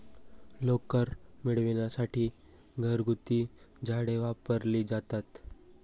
लोकर मिळविण्यासाठी घरगुती झाडे वापरली जातात